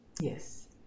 Yes